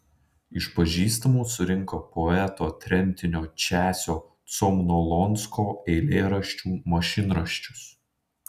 iš pažįstamų surinko poeto tremtinio česio cemnolonsko eilėraščių mašinraščius